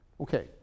Okay